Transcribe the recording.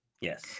Yes